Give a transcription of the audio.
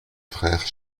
frères